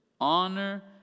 honor